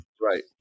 right